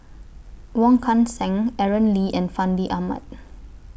Wong Kan Seng Aaron Lee and Fandi Ahmad